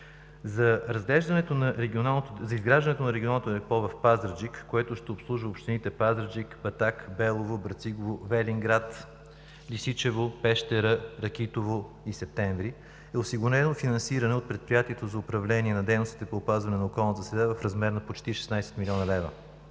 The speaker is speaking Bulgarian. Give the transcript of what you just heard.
За изграждането на регионалното депо в Пазарджик, което ще обслужва общините Пазарджик, Батак, Белово, Брацигово, Велинград, Лесичево, Пещера, Ракитово и Септември, е осигурено финансиране от Предприятието за управление на дейностите по опазване на околната среда в размер на почти 16 млн. лв.